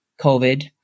COVID